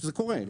וזה קורה,